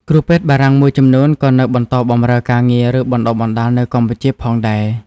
គ្រូពេទ្យបារាំងមួយចំនួនក៏នៅបន្តបម្រើការងារ ឬបណ្តុះបណ្តាលនៅកម្ពុជាផងដែរ។